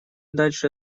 дальше